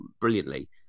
brilliantly